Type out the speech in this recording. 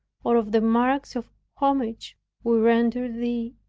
or of the marks of homage we render thee,